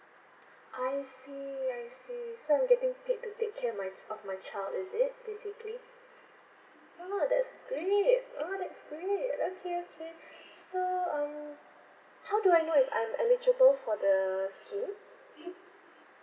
I see I see so I'm getting paid to take care of my of my child is it basically ah that's great ah that's great okay okay so um how do I know if I'm eligible for the scheme